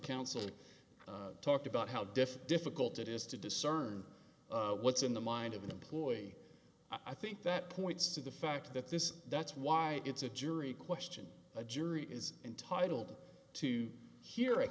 counsel talked about how difficult it is to discern what's in the mind of an employee i think that points to the fact that this that's why it's a jury question a jury is entitled to hear a